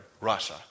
Russia